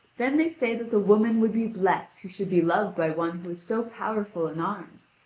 then they say that the woman would be blessed who should be loved by one who is so powerful in arms,